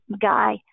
guy